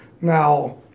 Now